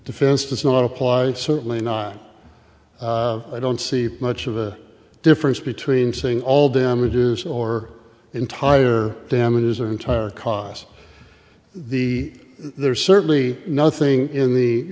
defense does not apply certainly not i don't see much of a difference between saying all damages or entire damages are entire cause the there's certainly nothing in the